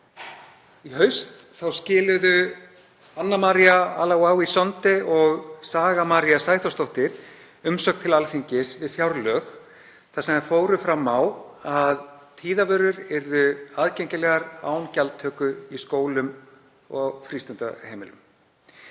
Í haust skiluðu Anna María Allawawi Sonde og Saga María Sæþórsdóttir umsögn til Alþingis við fjárlög þar sem þær fóru fram á að tíðavörur yrðu aðgengilegar án gjaldtöku í skólum og félagsheimilum.